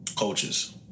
Coaches